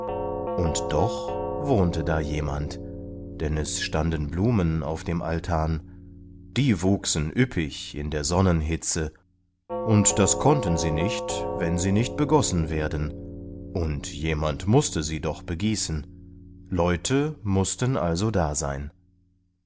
und doch wohnte da jemand denn es standen blumen auf dem altan die wuchsen üppig in der sonnenhitze und das konnten sie nicht wenn sie nicht begossen werden und jemand mußte sie doch begießen leute mußten also da sein